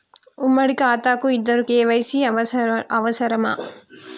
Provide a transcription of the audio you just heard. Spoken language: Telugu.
ఉమ్మడి ఖాతా కు ఇద్దరు కే.వై.సీ అవసరమా?